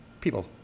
people